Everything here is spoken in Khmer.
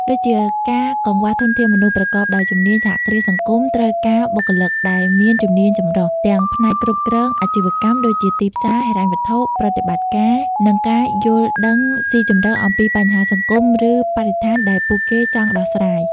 ដូចជាការកង្វះធនធានមនុស្សប្រកបដោយជំនាញសហគ្រាសសង្គមត្រូវការបុគ្គលិកដែលមានជំនាញចម្រុះ ទាំងផ្នែកគ្រប់គ្រងអាជីវកម្ម ដូចជាទីផ្សារ ហិរញ្ញវត្ថុ ប្រតិបត្តិការ និងការយល់ដឹងស៊ីជម្រៅអំពីបញ្ហាសង្គម ឬបរិស្ថានដែលពួកគេចង់ដោះស្រាយ ។